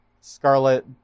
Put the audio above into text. Scarlet